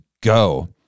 go